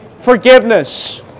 forgiveness